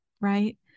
right